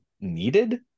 needed